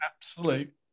absolute